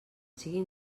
siguin